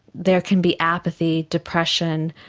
there can be apathy, depression,